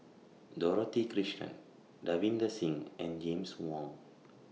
Dorothy Krishnan Davinder Singh and James Wong